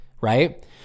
right